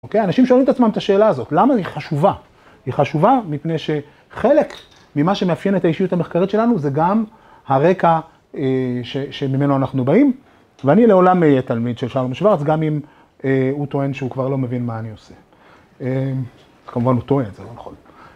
אוקיי? אנשים שואלים את עצמם את השאלה הזאת, למה היא חשובה? היא חשובה מפני שחלק ממה שמאפיין את האישיות המחקרית שלנו, זה גם הרקע שממנו אנחנו באים ואני לעולם אהיה תלמיד של שאר המשוואות, אז גם אם הוא טוען שהוא כבר לא מבין מה אני עושה. כמובן הוא טוען, זה לא נכון.